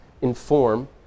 inform